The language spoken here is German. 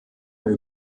mehr